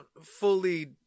fully